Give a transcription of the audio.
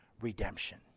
redemption